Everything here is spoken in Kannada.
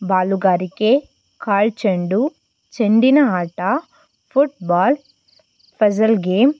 ಬಾಲುಗಾರಿಕೆ ಕಾಲ್ ಚೆಂಡು ಚೆಂಡಿನ ಆಟ ಫುಟ್ಬಾಲ್ ಪಝಲ್ ಗೇಮ್